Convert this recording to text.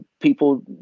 People